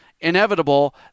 inevitable